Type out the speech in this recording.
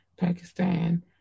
Pakistan